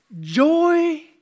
joy